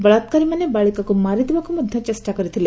ବଳାକାରୀମାନେ ବାଳିକାକୁ ମାରିଦେବାକୁ ମଧ୍ୟ ଚେଷ୍ଟା କରିଥିଲେ